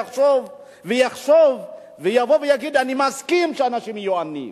יחשוב ויבוא ויגיד: אני מסכים שאנשים יהיו עניים.